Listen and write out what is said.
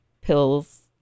pills